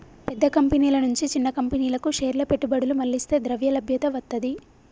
పెద్ద కంపెనీల నుంచి చిన్న కంపెనీలకు షేర్ల పెట్టుబడులు మళ్లిస్తే ద్రవ్యలభ్యత వత్తది